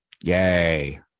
Yay